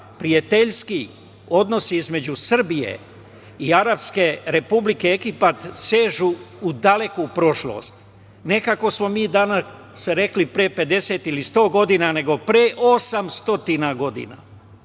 prijateljski odnosi između Srbije i arapske Republike Egipat sežu u daleku prošlost. Nekako smo mi danas rekli pre 50 ili 100 godina, nego pre 800 godina.